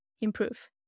improve